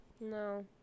No